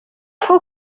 com